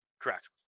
Correct